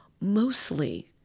mostly